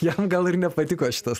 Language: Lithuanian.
jam gal ir nepatiko šitas